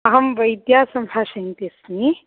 अहं वैद्या संभाषयन्ती अस्मि